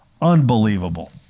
Unbelievable